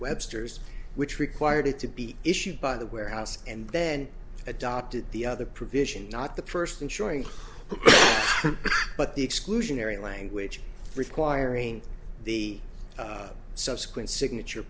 websters which required to be issued by the warehouse and then adopted the other provision not the first insuring but the exclusionary language requiring the subsequent signature